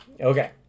Okay